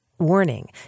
Warning